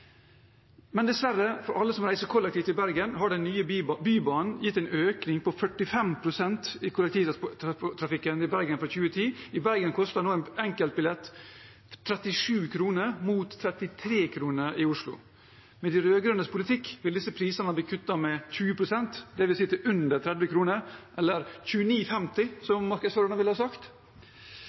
Men dessverre for alle som reiser kollektivt i Bergen, har den nye Bybanen gitt en økning på 45 pst. i kollektivtrafikkprisene i Bergen fra 2010. I Bergen koster nå en enkeltbillett 37 kr, mot 33 kr i Oslo. Med de rød-grønnes politikk ville disse prisene ha blitt kuttet med 20 pst., dvs. til under 30 kr, eller 29,50 kr, som markedsførerne ville ha sagt.